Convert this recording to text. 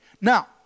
Now